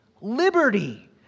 liberty